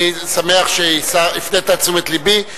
אני שמח שהפנית את תשומת לבי,